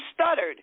Stuttered